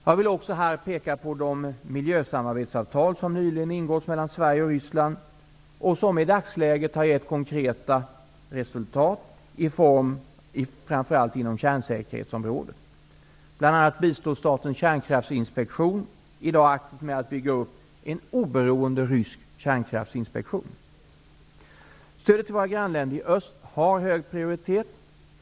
Jag vill också i detta sammanhang peka på det miljösamarbetsavtal som nyligen ingåtts mellan Sverige och Ryssland och som i dagsläget gett konkreta resultat framför allt inom kärnsäkerhetsområdet. Bl.a. bistår Statens Kärnkraftinspektion i dag aktivt med att bygga upp en oberoende rysk kärnkraftsinspektion. Stödet till våra grannländer i öst har hög prioritet.